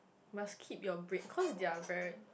must keep your break cause they are very